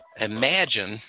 Imagine